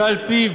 שעל-פיו,